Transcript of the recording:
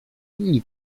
inni